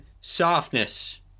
softness